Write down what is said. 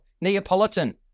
Neapolitan